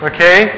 Okay